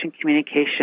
communication